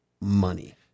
money